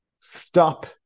stop